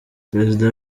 perezida